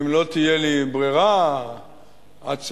ורק אם לא תהיה לי ברירה עד ספטמבר,